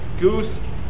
goose